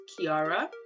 Kiara